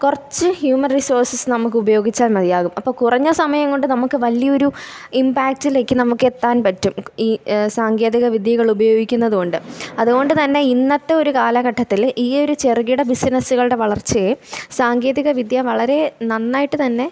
കുറച്ച് human resources നമുക്കുപയോഗിച്ചാൽ മതിയാകും അപ്പം കുറഞ്ഞ സമയം കൊണ്ട് നമുക്ക് വലിയൊരു ഇമ്പാക്റ്റിലേക്കു നമുക്കെത്താൻ പറ്റും ഈ സാങ്കേതിക വിദ്യകളുപയോഗിക്കുന്നത് കൊണ്ട് അതുകൊണ്ട് തന്നെ ഇന്നത്തെ ഒരു കാലഘട്ടത്തിൽ ഈ ഒരു ചെറുകിട ബിസിനസ്സുകളുടെ വളർച്ചയെ സാങ്കേതിക വിദ്യ വളരെ നന്നായിട്ടു തന്നെ